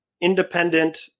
independent